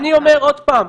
אני אומר עוד פעם,